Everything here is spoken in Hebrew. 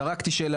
אמרתי,